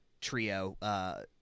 trio –